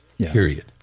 period